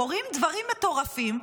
קורים דברים מטורפים,